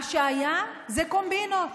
מה שהיה זה קומבינות,